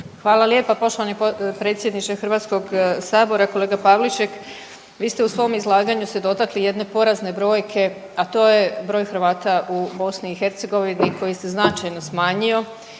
Hvala lijepa poštovani predsjedniče Hrvatskoga sabora. Kolega Pavliček vi ste u svom izlaganju se dotakli jedne porazne brojke, a to je broj Hrvata u Bosni i Hercegovini koji se značajno smanjio.